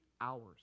hours